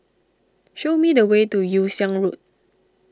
show me the way to Yew Siang Road